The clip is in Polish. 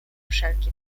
wszelki